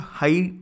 high